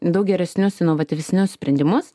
daug geresnius inovatyvesnius sprendimus